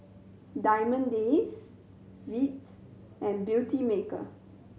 Diamond Days Veet and Beautymaker